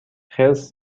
خرس